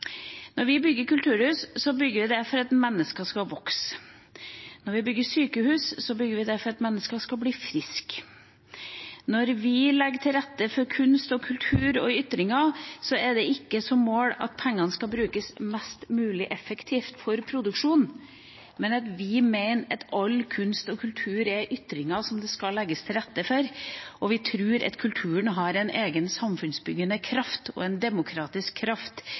Når vi bygger kulturhus, bygger vi det for at mennesker skal vokse. Når vi bygger sykehus, bygger vi det for at mennesker skal bli friske. Når vi legger til rette for kunst og kultur og ytringer, er det ikke med mål om at pengene skal brukes mest mulig effektivt for produksjonen, men vi mener at all kunst og kultur er ytringer som det skal legges til rette for, og vi tror at kulturen har en egen samfunnsbyggende kraft og en demokratisk kraft